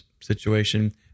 situation